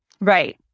Right